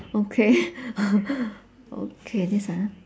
okay okay this ah